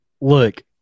Look